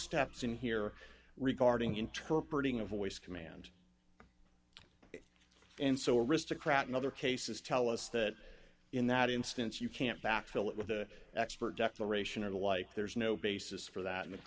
steps in here regarding interpret ing a voice command and so aristocrat in other cases tell us that in that instance you can't back fill it with the expert declaration or the like there's no basis for that